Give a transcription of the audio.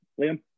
Liam